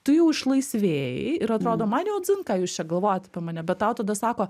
tu jau išlaisvėji ir atrodo man jau dzin ką jūs čia galvojat apie mane bet tau tada sako